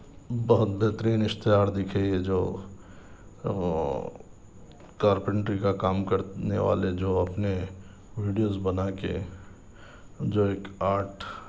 بہت بہترین اشتہار دکھے جو کارپینٹری کا کام کرنے والے جو اپنے ویڈیوز بنا کے جو ایک آرٹ